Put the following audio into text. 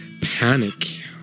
Panic